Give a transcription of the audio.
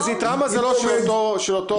של אותו אדם.